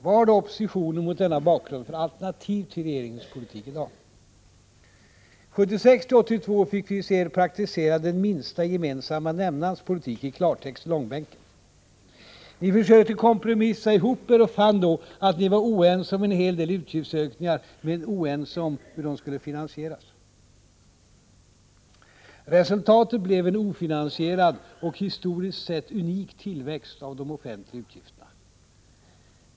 Vad har då oppositionen, mot denna bakgrund, för alternativ till regeringens politik? 1976-1982 fick vi se er praktisera ”den minsta gemensamma nämnarens politik” — i klartext: långbänken. Ni försökte kompromissa ihop er och fann då att ni var ense om en hel del utgiftsökningar, men oense om hur de skulle finansieras. Resultatet blev en ofinansierad och historiskt sett unik tillväxt av de offentliga utgifterna.